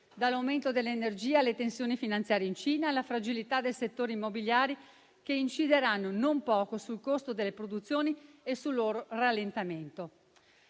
dall'aumento delle energie alle tensioni finanziarie in Cina e alla fragilità del settore immobiliare, che incideranno non poco sul costo delle produzioni e sul loro rallentamento.